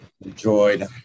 enjoyed